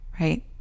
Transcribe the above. right